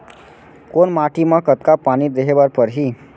कोन माटी म कतका पानी देहे बर परहि?